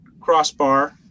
crossbar